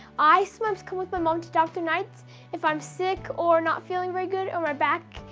i sometimes come with my mom to dr. knights if i'm sick or not feeling very good, or my back,